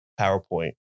PowerPoint